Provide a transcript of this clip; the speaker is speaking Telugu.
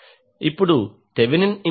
ఇప్పుడు థెవినిన్ ఇంపెడెన్స్ ZThVsIs